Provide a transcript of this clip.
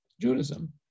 Judaism